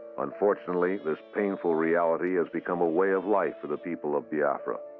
unfortunately, this painful reality has become a way of life for the people of biafra.